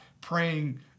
praying